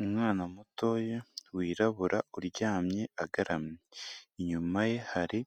Umwana mutoya, wirabura, uryamye agaramye, inyuma ye hari